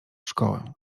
szkołę